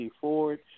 forward